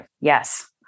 Yes